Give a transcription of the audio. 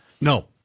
No